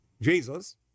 Jesus